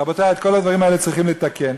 רבותי, את כל הדברים האלה צריכים לתקן.